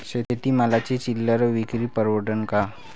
शेती मालाची चिल्लर विक्री परवडन का?